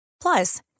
Plus